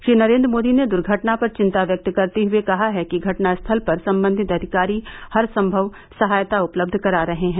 श्री नरेन्द्र मोदी ने दूर्घटना पर विंता व्यक्त करते हुए कहा है कि घटनास्थल पर संबंधित अधिकारी हरसंभव सहायता उपलब्ध करा रहे हैं